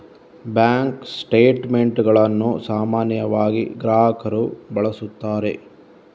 bank ಸ್ಟೇಟ್ ಮೆಂಟುಗಳನ್ನು ಸಾಮಾನ್ಯವಾಗಿ ಗ್ರಾಹಕರು ಬಳಸುತ್ತಾರೆ